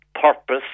purpose